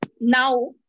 now